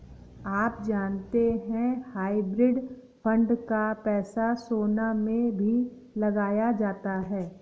आप जानते है हाइब्रिड फंड का पैसा सोना में भी लगाया जाता है?